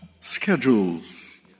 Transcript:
schedules